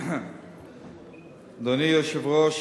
אדוני היושב-ראש,